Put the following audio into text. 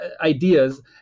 Ideas